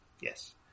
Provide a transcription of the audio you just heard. Yes